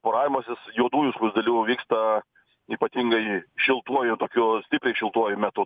poravimasis juodųjų skruzdėlių vyksta ypatingai šiltuoju tokiu stipriai šiltuoju metu